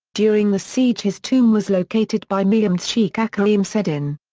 during the siege his tomb was located by mehmed's sheikh aksemseddin.